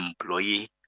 employee